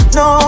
no